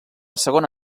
segona